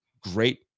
great